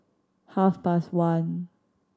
half past one